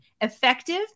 Effective